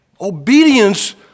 Obedience